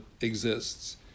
exists